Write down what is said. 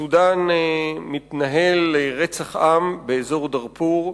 בסודן מתנהל רצח עם באזור דארפור,